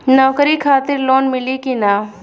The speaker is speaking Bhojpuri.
नौकरी खातिर लोन मिली की ना?